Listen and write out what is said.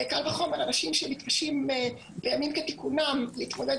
קל וחומר אנשים שמתקשים בימים כתיקונם להתמודד